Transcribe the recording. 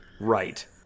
right